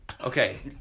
Okay